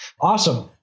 Awesome